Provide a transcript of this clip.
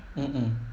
mm mm